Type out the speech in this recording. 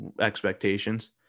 expectations